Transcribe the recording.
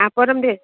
હા પરમ દિવસ